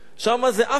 שם זה אפריקה-טאון.